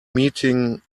meeting